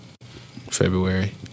February